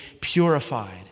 purified